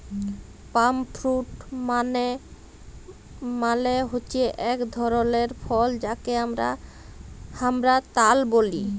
পাম fruit মালে হচ্যে এক ধরলের ফল যাকে হামরা তাল ব্যলে